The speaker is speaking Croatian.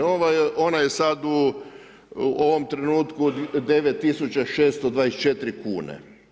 Ono je sad u ovom trenutku 9624 kune.